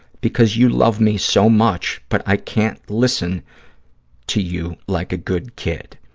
because you love me so much but i can't listen to you like a good kid.